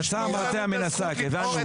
יצא המרצע מן השק, הבנו.